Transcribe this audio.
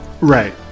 right